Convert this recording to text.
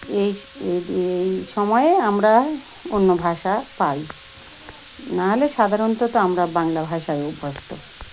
এই এই এই সময়ে আমরা অন্য ভাষা পাই নাহলে সাধারণত আমরা বাংলা ভাষায় অভ্যস্ত